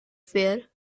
fair